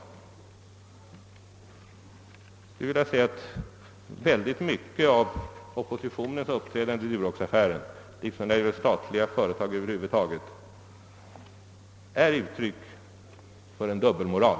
Herr talman! Oerhört mycket i oppositionens uppträdande i Duroxaffären, liksom när det gäller statliga företag över huvud taget, är uttryck för en dubbelmoral.